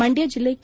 ಮಂಡ್ಡ ಜಿಲ್ಲೆ ಕೆ